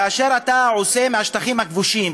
כאשר אתה עושה מהשטחים הכבושים,